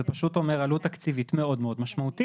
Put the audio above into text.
זה פשוט אומר עלות תקציבית מאוד מאוד משמעותית.